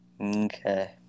Okay